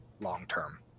long-term